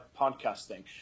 podcasting